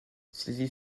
sylvie